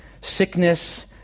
sickness